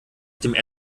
dem